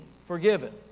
forgiven